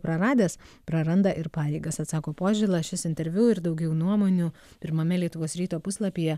praradęs praranda ir pareigas atsako požėla šis interviu ir daugiau nuomonių pirmame lietuvos ryto puslapyje